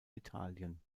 italien